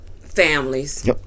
families